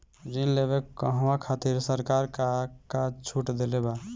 ऋण लेवे कहवा खातिर सरकार का का छूट देले बा?